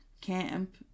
camp